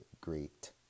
great